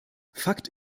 fakt